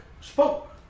spoke